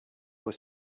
were